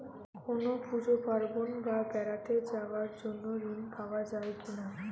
কোনো পুজো পার্বণ বা বেড়াতে যাওয়ার জন্য ঋণ পাওয়া যায় কিনা?